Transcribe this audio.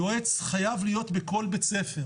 יועץ חייב להיות בכל בית ספר.